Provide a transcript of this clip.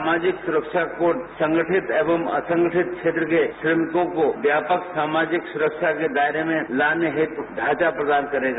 सामाजिक सुरक्षा कोड संगठित एवम् असंगठित क्षेत्र के श्रमिकों को व्यापक सामाजिक सुरक्षा के दायरे में लाने हेतु ढ़ांचा प्रदान करेगा